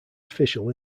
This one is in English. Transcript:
official